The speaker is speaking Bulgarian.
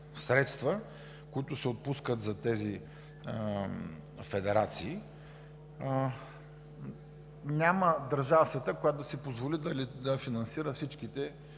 които се отпускат за тези федерации. Няма държава в света, която да си позволи да финансира всички